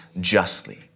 justly